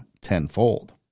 tenfold